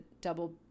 double